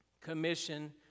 commission